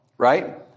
Right